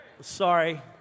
Sorry